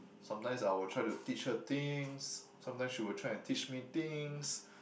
sometimes I would try to teach her things sometimes she would try and teach me things